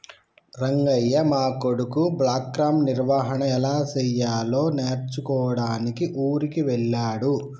రంగయ్య మా కొడుకు బ్లాక్గ్రామ్ నిర్వహన ఎలా సెయ్యాలో నేర్చుకోడానికి ఊరికి వెళ్ళాడు